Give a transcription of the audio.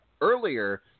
earlier